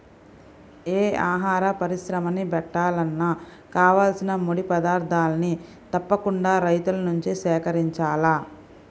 యే ఆహార పరిశ్రమని బెట్టాలన్నా కావాల్సిన ముడి పదార్థాల్ని తప్పకుండా రైతుల నుంచే సేకరించాల